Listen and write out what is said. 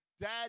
Dad